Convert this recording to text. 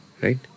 Right